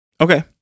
okay